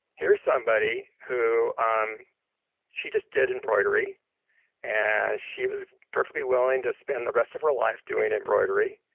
here's somebody who um she just did embroidery and she was perfectly willing to spend the rest of her life doing embroidery,